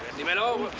tomorrow,